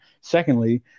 Secondly